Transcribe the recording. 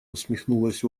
усмехнулась